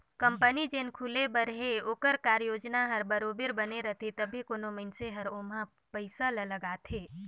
company जेन खुले बर हे ओकर कारयोजना हर बरोबेर बने रहथे तबे कोनो मइनसे हर ओम्हां पइसा ल लगाथे